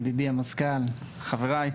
ידידי מזכ"ל הסוכנות היהודית וחבריי.